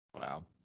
Wow